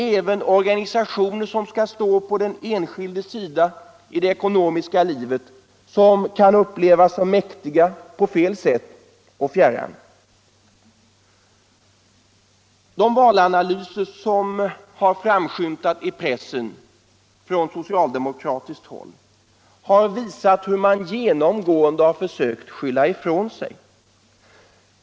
Även organisationer som skall stå på den enskildes sida i det ekonomiska livet kan upplevas som mäktiga på fel sätt och fjärran. De valanalyser från socialdemokratiskt håll som har framskymtat i pressen visar hur man genomgående försöker skylla ifrån sig.